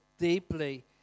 deeply